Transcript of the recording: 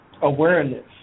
awareness